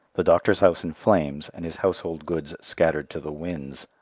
the doctor's house in flames and his household goods scattered to the winds!